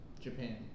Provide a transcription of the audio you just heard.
Japan